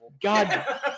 God